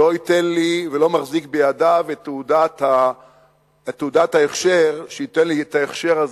לא ייתן לי ולא מחזיק בידיו את תעודת ההכשר וייתן לי את ההכשר הזה,